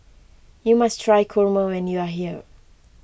you must try Kurma when you are here